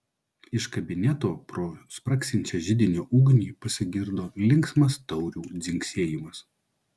iš kabineto pro spragsinčią židinio ugnį pasigirdo linksmas taurių dzingsėjimas